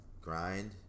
grind